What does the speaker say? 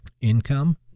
income